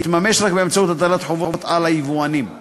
תתממש רק באמצעות הטלת חובות על היבואנים הישירים.